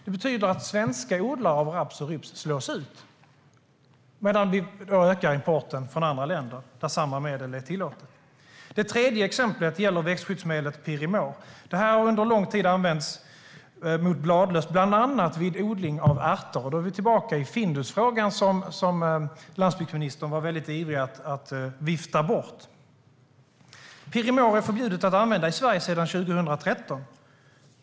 Det betyder att svenska odlare av raps och rybs slås ut, medan vi ökar importen av raps och rybs från andra länder, där detta medel är tillåtet. Det tredje exemplet gäller växtskyddsmedlet Pirimor. Det har under lång tid använts mot bladlöss vid odling av bland annat ärtor. Då är vi tillbaka till Findusfrågan, som landsbygdsministern var mycket ivrig att vifta bort. Pirimor är förbjudet att använda i Sverige sedan 2013.